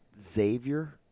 Xavier